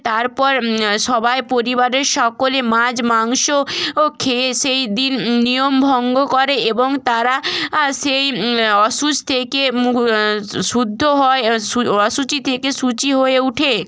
তারপর সবাই পরিবারের সকলে মাছ মাংস ও খেয়ে সেই দিন নিয়মভঙ্গ করে এবং তারা সেই অশৌচ থেকে শুদ্ধ হয় অশুচি থেকে শুচি হয়ে উঠে